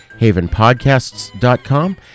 havenpodcasts.com